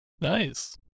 nice